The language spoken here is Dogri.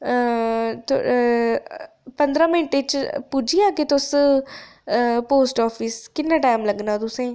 पंद्ररां मिनटें च पुज्जी औगे तुस पोस्ट ऑफिस किन्ना टैम लग्गना तुसेंगी